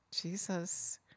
Jesus